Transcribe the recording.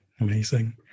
Amazing